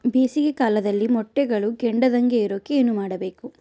ಬೇಸಿಗೆ ಕಾಲದಲ್ಲಿ ಮೊಟ್ಟೆಗಳು ಕೆಡದಂಗೆ ಇರೋಕೆ ಏನು ಮಾಡಬೇಕು?